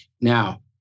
Now